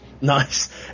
Nice